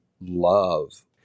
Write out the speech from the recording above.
love